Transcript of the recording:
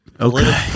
Okay